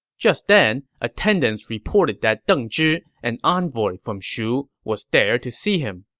just then, attendants reported that deng zhi, an envoy from shu, was there to see him